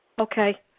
Okay